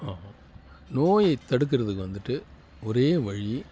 நோயை தடுக்கிறதுக்கு வந்துட்டு ஒரே வழி